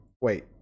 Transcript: wait